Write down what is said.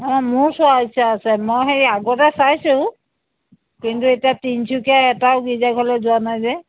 অ' মোৰ চোৱা ইচ্ছা আছে মই সেই আগতে চাইছোঁ কিন্তু এতিয়া তিনিচুকীয়াৰ এটাও গীৰ্জা ঘৰলৈ যোৱা নাই যে